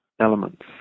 elements